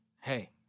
hey